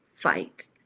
fight